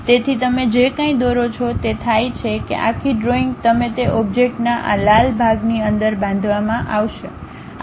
તેથી તમે જે કાંઈ દોરો છો તે થાય છે કે આખી ડ્રોઇંગ તમે તે ઓબ્જેક્ટના આ લાલ ભાગની અંદર બાંધવામાં આવશે